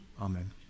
Amen